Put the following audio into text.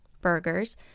burgers